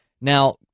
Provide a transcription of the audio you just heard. Now